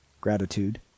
Gratitude